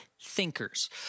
thinkers